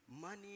Money